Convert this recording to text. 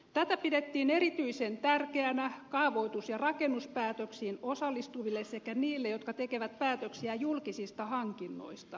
tätä pidettiin erityisen tärkeänä kaavoitus ja rakennuspäätöksiin osallistuville sekä niille jotka tekevät päätöksiä julkisista hankinnoista